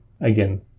again